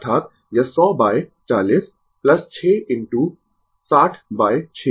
अर्थात यह 100 by 40 6 into 60 by 6